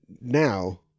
now